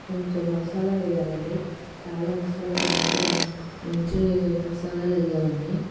కొంచెం మసాలాలు వేయాలండి చాలా మసాలాలు మంచిగా మంచిగా మసాలాలు వేయాలండి